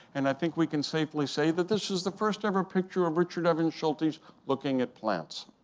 and i think we can safely say that this is the first ever picture of richard evans schultes looking at plants!